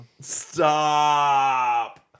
Stop